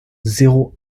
zéro